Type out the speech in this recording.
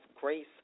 grace